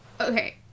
Okay